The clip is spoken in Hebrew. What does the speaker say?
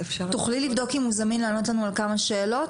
תוכלי לבדוק אם הוא זמין לענות לנו על כמה שאלות?